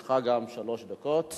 מתי תיפסק הפארסה